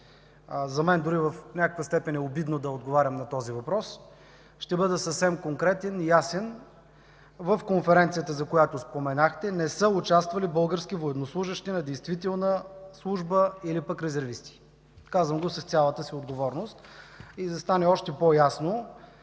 за мен дори в някаква степен е обидно да отговарям на този въпрос. Ще бъда съвсем конкретен и ясен: в конференцията, за която споменахте, не са участвали български военнослужещи на действителна служба или пък резервисти. Казвам го с цялата си отговорност. И за да стане още по-ясно